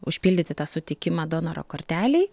užpildyti tą sutikimą donoro kortelei